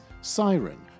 Siren